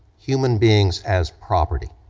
human beings as property,